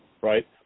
right